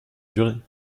durée